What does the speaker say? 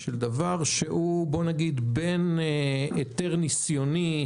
של דבר שהוא בין היתר ניסיוני